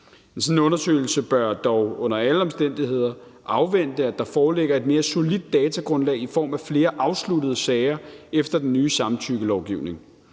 en sådan undersøgelse bør man dog under alle omstændigheder afvente, at der foreligger et mere solidt datagrundlag i form af flere afsluttede sager efter den nye samtykkelovgivning.